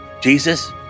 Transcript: Jesus